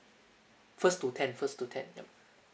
first to tenth first to tenth yup